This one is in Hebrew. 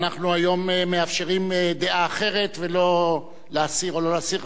אנחנו היום מאפשרים דעה אחרת ולא להסיר או לא להסיר.